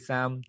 Sam